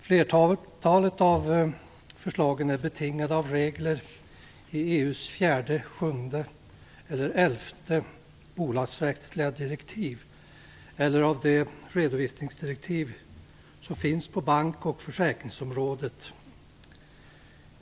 Flertalet av förslagen är betingade av regler i EG:s fjärde, sjunde eller elfte bolagsrättsliga direktiv eller de redovisningsdirektiv som finns på bank och försäkringsområdet.